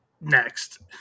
next